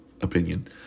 opinion